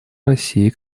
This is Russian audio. россии